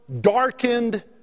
darkened